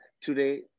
today